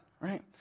right